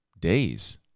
days